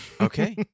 okay